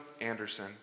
Anderson